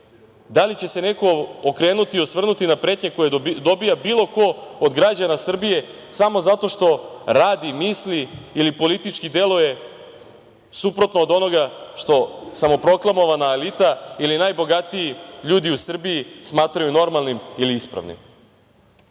da li će se neko okrenuti i osvrnuti na pretnje koje dobija bilo ko od građana Srbije samo zato što radi, misli ili politički deluje suprotno od onoga što samoproklamovana elita ili najbogatiji ljudi u Srbiji smatraju normalnim ili ispravnim. Ovo